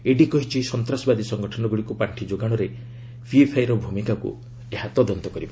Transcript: ED କହିଛି ସନ୍ତାସବାଦୀ ସଙ୍ଗଠନଗୁଡ଼ିକୁ ପାର୍ଷି ଯୋଗାଣରେ ପିଏପ୍ଆଇର ଭୂମିକାକୁ ଏହା ତଦନ୍ତ କରିବ